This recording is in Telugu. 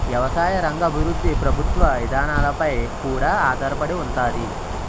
ఎవసాయ రంగ అభివృద్ధి ప్రభుత్వ ఇదానాలపై కూడా ఆధారపడి ఉంతాది